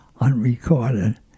unrecorded